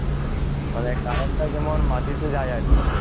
মানে কারেন্টটা যেমন মাটিতে যায় আর কি